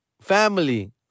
family